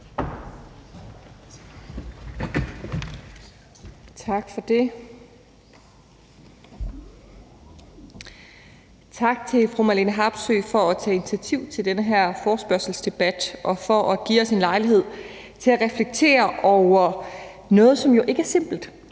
Tak for det. Tak til fru Marlene Harpsøe for at tage initiativ til den her forespørgselsdebat og for at give os en lejlighed til at reflektere over noget, som jo ikke er simpelt,